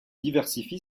diversifie